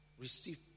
Receive